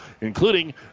including